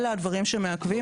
אלה הדברים שמעכבים.